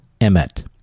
Emmet